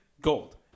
gold